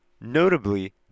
Notably